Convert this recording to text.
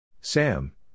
Sam